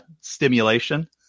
stimulation